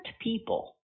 people